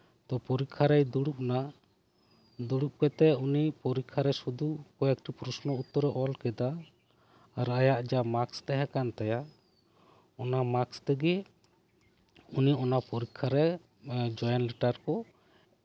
ᱛᱚ ᱯᱚᱨᱤᱠᱠᱷᱟ ᱨᱮᱭ ᱫᱩᱲᱩᱵ ᱮᱱᱟ ᱫᱩᱲᱩᱵ ᱠᱟᱛᱮᱫ ᱩᱱᱤ ᱯᱚᱨᱤᱠᱠᱷᱟ ᱨᱮ ᱥᱩᱫᱩ ᱠᱚᱭᱮᱠᱴᱤ ᱯᱨᱚᱥᱱᱚ ᱩᱛᱛᱚᱨ ᱮ ᱚᱞ ᱠᱮᱫᱟ ᱟᱨ ᱟᱭᱟᱜ ᱡᱟ ᱢᱟᱠᱥ ᱛᱟᱦᱮᱸ ᱠᱟᱱ ᱛᱟᱭᱟ ᱚᱱᱟ ᱢᱟᱠᱥ ᱛᱮᱜᱮ ᱩᱱᱤ ᱚᱱᱟ ᱯᱚᱨᱤᱠᱠᱷᱟᱨᱮ ᱡᱚᱭᱮᱱ ᱞᱮᱴᱟᱨ ᱠᱚ